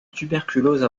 tuberculose